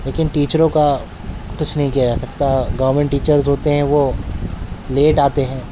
لیکن ٹیچروں کا کچھ نہیں کیا جا سکتا گورمنٹ ٹیچرز ہوتے ہیں وہ لیٹ آتے ہیں